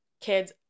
kids